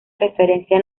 referencia